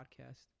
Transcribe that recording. podcast